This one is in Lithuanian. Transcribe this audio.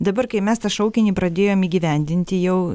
dabar kai mes tą šaukinį pradėjom įgyvendinti jau